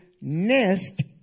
nest